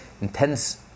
intense